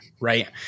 right